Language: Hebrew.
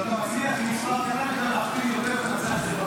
אז אתה מצליח אפילו יותר לנצח.